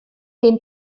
den